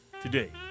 Today